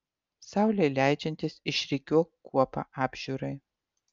saulei leidžiantis išrikiuok kuopą apžiūrai